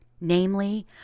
namely